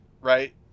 right